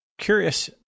Curious